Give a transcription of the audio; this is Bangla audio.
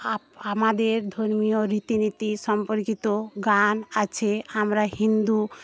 আপ আমাদের ধর্মীয় রীতি নীতি সম্পর্কিত গান আছে আমরা হিন্দু